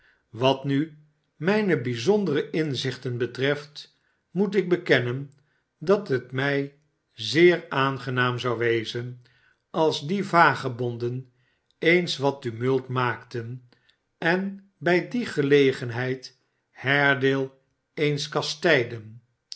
wat nu mijne bijzondere inzichten betreft moet ik bekennen dat het mij zeer aangenaam zou wezen als die vagebonden eens wat tumult maakten en bij die gelegenheid haredale eens